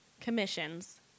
commissions